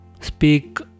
speak